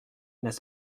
n’est